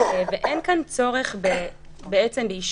ואין כאן צורך באישור.